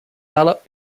ballot